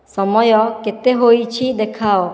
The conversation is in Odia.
ସମୟ କେତେ ହୋଇଛି ଦେଖାଅ